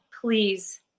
please